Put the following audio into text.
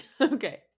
Okay